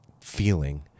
feeling